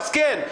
אז כן,